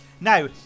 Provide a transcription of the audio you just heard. Now